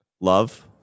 Love